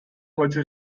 heute